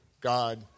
God